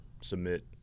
submit